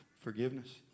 forgiveness